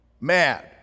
mad